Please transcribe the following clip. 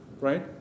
Right